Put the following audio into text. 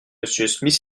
smith